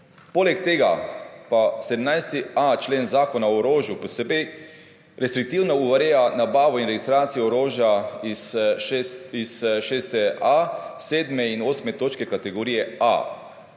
Poleg tega pa 17.a člen Zakona o orožju posebej restriktivno ureja nabavo in registracijo orožja iz 6.a, 7. in 8. točke kategorije A,